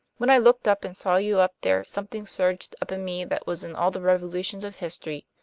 when i looked up and saw you up there something surged up in me that was in all the revolutions of history.